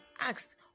asked